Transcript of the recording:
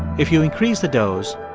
if you increase the dose,